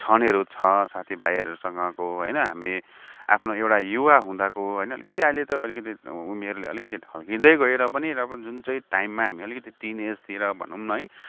क्षणहरू छ साथी भाइहरूसँगको होइन हामी आफ्नो एउटा युवा हुँदाको होइन अलिकति अहिले त अलिकति उमेरले अलिकति ढलकिँदै गयो र पनि र पनि जुन चाहिँ टाइममा हामी अलिकति टिन एजतिर भनौँ न है